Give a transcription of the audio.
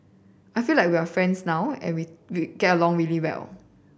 I feel like we are friends now and we we get along really well